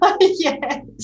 Yes